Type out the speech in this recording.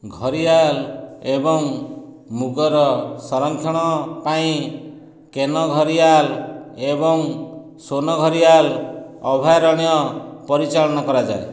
ଘରିଆଲ ଏବଂ ମୁଗର ସଂରକ୍ଷଣ ପାଇଁ କେନଘରିଆଲ ଏବଂ ସୋନଘରିଆଲ ଅଭୟାରଣ୍ୟ ପରିଚାଳନା କରାଯାଏ